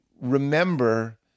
remember